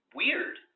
weird